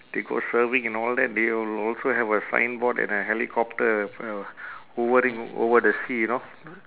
they go surfing and all that they will also have a signboard and helicopter uh hovering over the sea you know